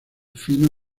fino